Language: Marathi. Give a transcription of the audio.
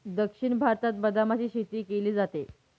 दक्षिण भारतात बदामाची शेती केली जाते